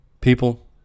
People